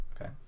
okay